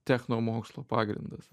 technomokslo pagrindas